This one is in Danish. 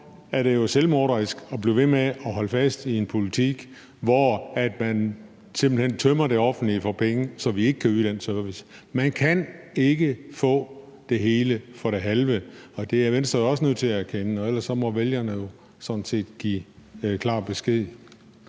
at blive ved med at holde fast i en politik, hvor man simpelt hen tømmer det offentlige for penge, så vi ikke kan yde den service. Man kan ikke få det hele for det halve, og det er Venstre også nødt til at erkende, og ellers må vælgerne jo sådan set